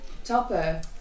Topper